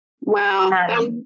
Wow